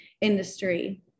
industry